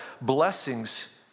Blessings